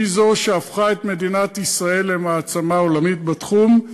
היא זו שהפכה את מדינת ישראל למעצמה עולמית בתחום,